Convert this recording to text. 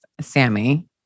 Sammy